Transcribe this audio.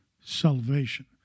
salvation